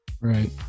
Right